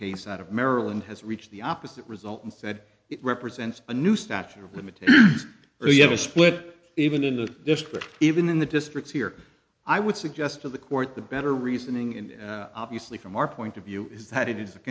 case out of maryland has reached the opposite result and said it represents a new stature of the material or you have a split even in the district even in the districts here i would suggest to the court the better reasoning in obviously from our point of view is that it is a